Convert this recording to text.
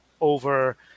over